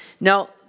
now